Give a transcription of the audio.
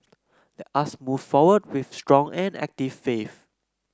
let us move forward with strong and active faith